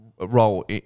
role